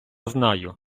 знаю